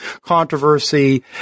controversy